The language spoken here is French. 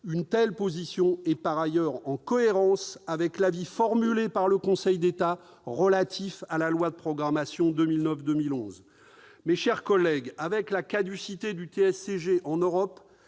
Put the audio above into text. Une telle position est, par ailleurs, en cohérence avec l'avis formulé par le Conseil d'État relatif à la loi de programmation 2009-2011. Mes chers collègues, avec la caducité du TSCG en Europe,